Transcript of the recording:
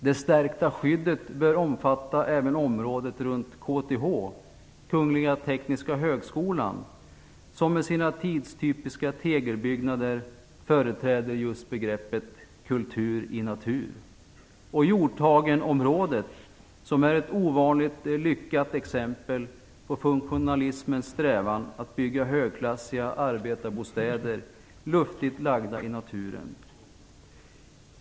Det stärkta skyddet bör omfatta även området runt KTH, Kungliga tekniska högskolan, som med sina tidstypiska tegelbyggnader företräder just begreppet kultur i natur, och Hjorthagenområdet, som är ett ovanligt lyckat exempel på funktionalismens strävan att bygga högklassiga arbetarbostäder luftigt lagda i naturen.